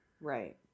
Right